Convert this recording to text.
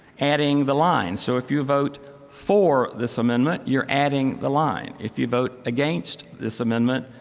adding the line. so if you vote for this amendment, you're adding the line. if you vote against this amendment,